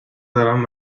دارن